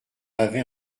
avait